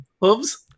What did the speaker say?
Hooves